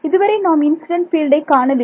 இதுவரை நாம் இன்சிடென்ட் பீல்டை காணவில்லை